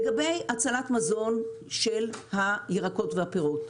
לגבי הצלת מזון של הירקות והפירות,